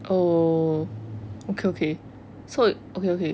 oh okay okay so okay okay